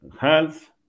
health